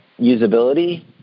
usability